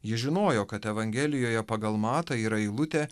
ji žinojo kad evangelijoje pagal matą yra eilutė